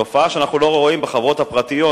תופעה שאנחנו לא רואים בחברות הפרטיות,